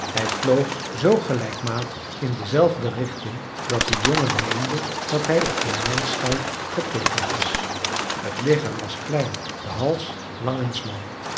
hij vloog zoo gelijkmatig in dezelfde richting dat de jongen meende dat hij op de maanschijf geteekend was t lichaam was klein de hals lang en smal